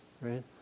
right